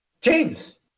James